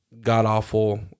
god-awful